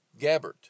Gabbert